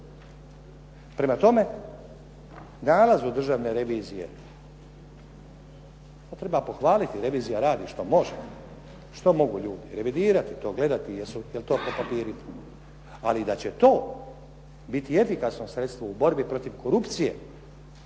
Prema tome, nalazu Državne revizije, treba pohvaliti revizija radi što može. Što mogu ljudi? Revidirati to, gledati. Jel' to po papirima? Ali da će to biti efikasno sredstvo u borbi protiv korupcije